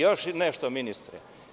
Još nešto ministre.